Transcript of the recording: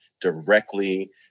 directly